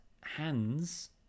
hands